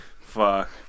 Fuck